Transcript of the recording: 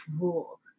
rule